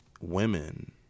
women